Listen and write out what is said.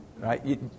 Right